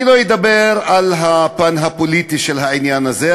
אני לא אדבר על הפן הפוליטי של העניין הזה,